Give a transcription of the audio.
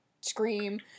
scream